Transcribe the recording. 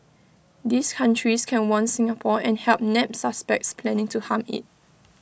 these countries can warn Singapore and help nab suspects planning to harm IT